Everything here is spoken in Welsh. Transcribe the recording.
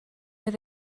oedd